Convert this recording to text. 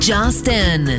Justin